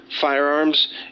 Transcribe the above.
firearms